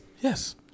Yes